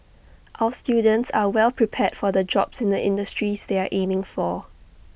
our students are well prepared for the jobs in the industries they are aiming for